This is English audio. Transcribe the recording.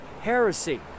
heresy